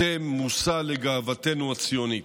אתם מושא לגאוותנו הציונית.